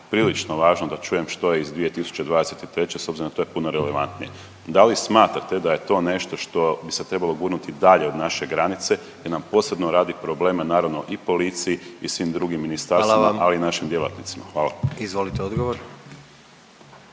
prilično važno da čujem što je iz 2023. s obzirom da to je puno relevantnije. Da li smatrate da je to nešto što bi se trebalo gurnuti dalje od naše granice, jer nam posebno radi probleme naravno i policiji i svim drugim ministarstvima …/Upadica predsjednik: Hvala vam./… ali